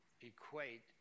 equate